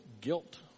guilt